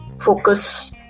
focus